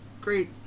great